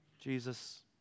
Jesus